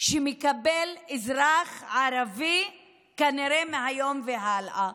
שמקבל אזרח ערבי כנראה מהיום והלאה.